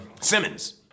Simmons